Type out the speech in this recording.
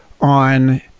on